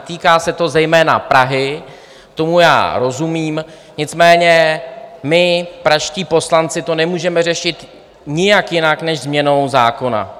Týká se to zejména Prahy, tomu já rozumím, nicméně my, pražští poslanci, to nemůžeme řešit nijak jinak než změnou zákona.